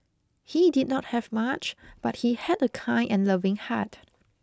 he did not have much but he had a kind and loving heart